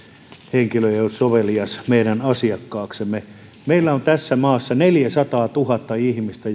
henkilö ei ole sovelias meidän asiakkaaksemme meillä on tässä maassa neljäsataatuhatta ihmistä